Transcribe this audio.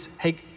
hey